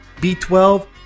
B12